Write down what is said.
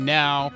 now